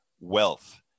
wealth